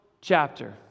chapter